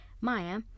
Maya